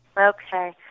Okay